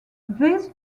this